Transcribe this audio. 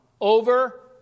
over